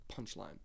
punchline